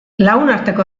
lagunarteko